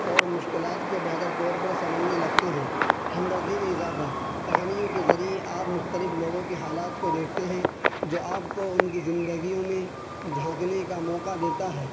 اور مشکلات کو بہتر طور پر سمجھنے لگتے ہیں ہمدردی میں اضافہ کہانیوں کے ذریعے آپ مختلف لوگوں کے حالات کو دیکھتے ہیں جو آپ کو ان کی زندگیوں میں جھانکنے کا موقع دیتا ہے